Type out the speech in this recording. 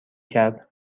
کرد